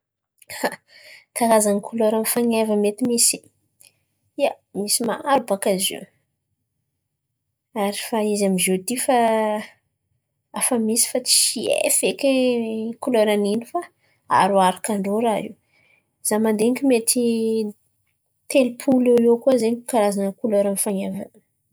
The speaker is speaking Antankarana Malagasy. karazan̈a kolerany fan̈eva mety misy, ia misy maro baka zio. Ary fa izy amy ziôty fa afa misy fa tsy hay feky kolera nino fa aharoarakan-drô raha io. Za mandiniky mety telo-polo iô iô koa zen̈y karazan̈a kolerany fan̈eva.